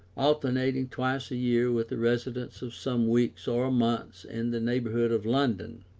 alternating twice a year with a residence of some weeks or months in the neighbourhood of london.